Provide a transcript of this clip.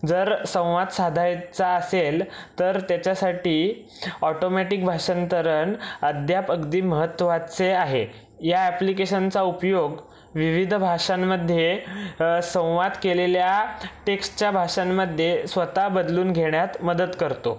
जर संवाद साधायचा असेल तर त्याच्यासाठी ऑटोमॅटिक भाषांतरण अद्याप अगदी महत्त्वाचे आहे या अॅप्लिकेशनचा उपयोग विविध भाषांमध्ये संवाद केलेल्या टेक्स्टच्या भाषांमध्ये स्वतः बदलून घेण्यात मदत करतो